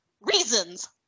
reasons